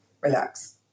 relax